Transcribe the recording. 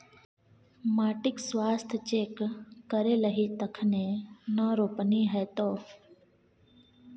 माटिक स्वास्थ्य चेक करेलही तखने न रोपनी हेतौ